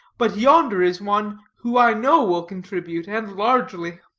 but yonder is one who i know will contribute, and largely.